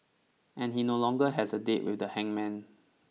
and he no longer has a date with the hangman